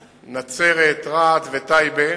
נצרת, רהט וטייבה.